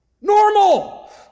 Normal